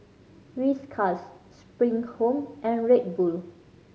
Whiskas Spring Home and Red Bull